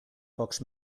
pocs